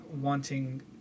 wanting